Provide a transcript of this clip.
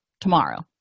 tomorrow